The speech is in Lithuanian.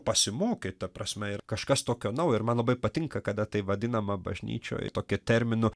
pasimokyt ta prasme ir kažkas tokio naujo ir man labai patinka kada tai vadinama bažnyčioj tokiu terminu